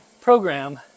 program